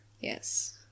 Yes